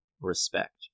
respect